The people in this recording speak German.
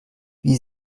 wie